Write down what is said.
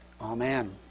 Amen